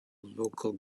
local